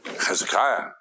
Hezekiah